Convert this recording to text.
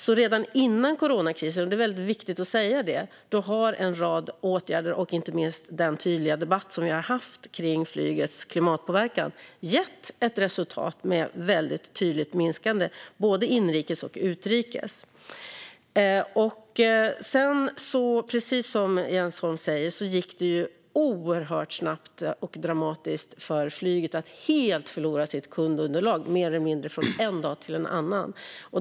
Det är viktigt att säga att redan före coronakrisen har en rad åtgärder, inte minst den tydliga debatt vi har haft kring flygets klimatpåverkan, alltså gett ett resultat som visar ett tydligt minskande både inrikes och utrikes. Precis som Jens Holm säger gick det oerhört snabbt och dramatiskt för flyget att helt förlora sitt kundunderlag - mer eller mindre från en dag till en annan.